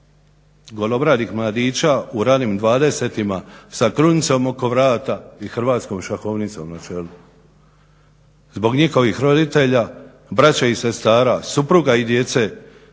golobradih mladića u ranim dvadesetima sa krunicom oko vrata i hrvatskom šahovnicom na čelu, zbog njihovih roditelja, braće i sestara, supruga i djece